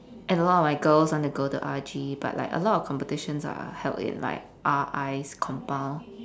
and a lot of my girls want to go to R_G but like a lot of competitions are held in like R_I's compound